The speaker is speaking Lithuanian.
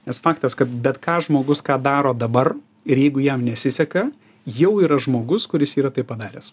nes faktas kad bet ką žmogus ką daro dabar ir jeigu jam nesiseka jau yra žmogus kuris yra tai padaręs